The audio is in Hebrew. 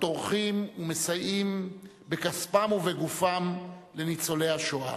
הטורחים ומסייעים בכספם ובגופם לניצולי השואה.